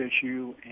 issue